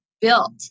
built